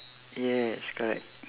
yes correct